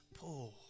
pull